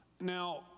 Now